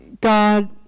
God